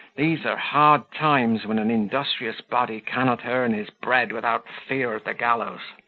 these are hard times, when an industrious body cannot earn his bread without fear of the gallows.